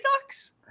Ducks